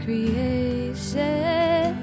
Creation